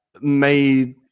made